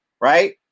right